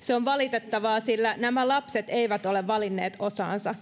se on valitettavaa sillä nämä lapset eivät ole valinneet osaansa